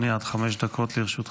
עד חמש דקות לרשותך.